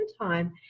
time